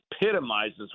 epitomizes